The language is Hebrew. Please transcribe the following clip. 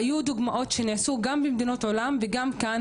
היו דוגמאות שנעשו גם במדינות העולם וגם כאן.